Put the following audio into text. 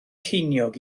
ceiniog